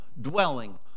dwelling